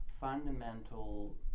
fundamental